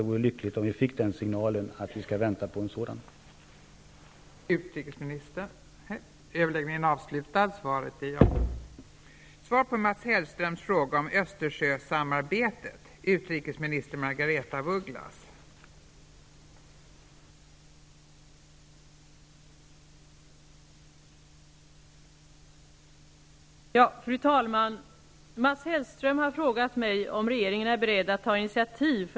Det vore lyckligt om vi fick en signal att vi skall vänta på en övergångsregering.